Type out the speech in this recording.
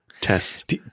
test